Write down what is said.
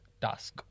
task